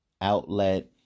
outlet